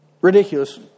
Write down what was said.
ridiculous